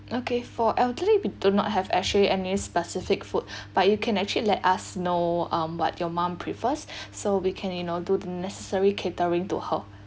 okay for elderly we do not have actually any specific food but you can actually let us know um what your mom prefers so we can you know do the necessary catering to her